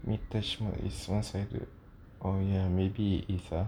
mittelschmerz is one sided oh ya maybe is a